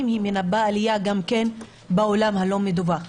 מנבאת עלייה גם בעולם הלא מדווח.